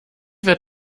wird